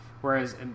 Whereas